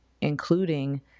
including